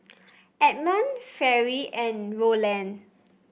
Edmund Fairy and Roland